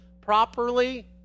properly